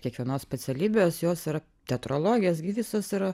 kiekvienos specialybės jos yra teatrologės gi visos yra